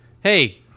Hey